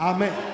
Amen